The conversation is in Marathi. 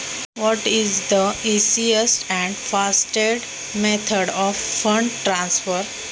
निधी हस्तांतरणाची सगळ्यात सोपी आणि जलद पद्धत कोणती आहे?